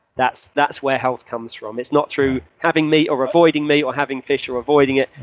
that's that's where health comes from. it's not through having meat or avoiding meat or having fish or avoiding it.